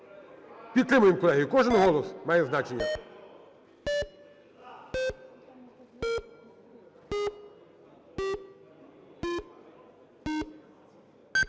Підтримуємо, колеги, кожен голос має значення.